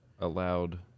Allowed